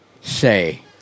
say